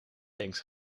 tanks